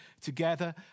together